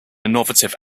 innovative